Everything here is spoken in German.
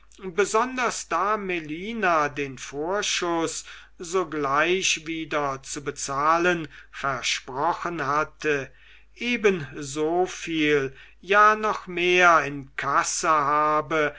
besonders da melina den vorschuß sogleich wieder zu bezahlen versprochen hatte ebensoviel ja noch mehr in kassa habe